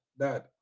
dad